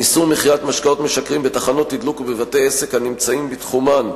איסור מכירת משקאות משכרים בתחנות תדלוק ובבתי-עסק הנמצאים בתחומן),